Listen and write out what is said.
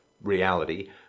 reality